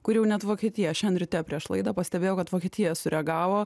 kur jau net vokietija šiandien ryte prieš laidą pastebėjo kad vokietija sureagavo